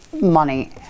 money